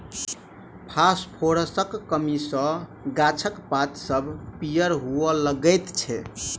फासफोरसक कमी सॅ गाछक पात सभ पीयर हुअ लगैत छै